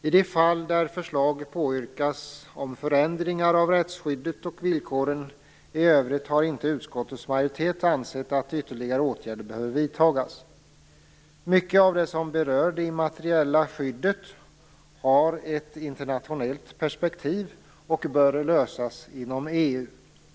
I de fall där förslag påyrkas om förändringar av rättsskyddet och villkoren i övrigt har inte utskottets majoritet ansett att ytterligare åtgärder behöver vidtas. Mycket av det som berör det immateriella skyddet har ett internationellt perspektiv och bör lösas inom EU.